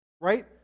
right